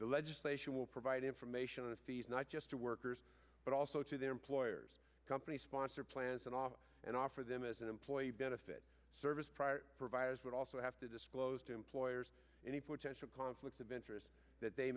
the legislation will provide information and fees not just to workers but also to their employers companies sponsor plans and offer and offer them as an employee benefit service providers would also have to disclose to employers any potential conflicts of interest that they